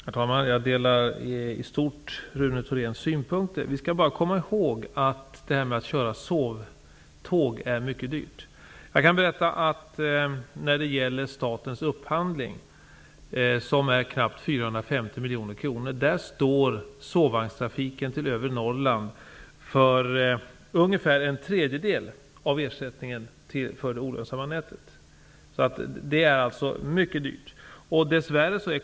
Herr talman! Jag delar i stort Rune Thoréns synpunkter. Vi skall bara komma ihåg att det är mycket dyrt att köra sovtåg. Jag kan berätta att när det gäller statens upphandling, som är knappt 450 Norrland för ungefär en tredjedel av ersättningen för det olönsamma nätet. Det är alltså mycket dyrt.